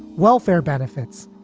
welfare benefits.